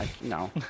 No